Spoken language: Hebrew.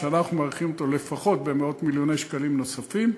שאנחנו מעריכים אותו לפחות במאות מיליוני שקלים נוספים,